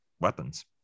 weapons